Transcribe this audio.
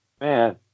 Man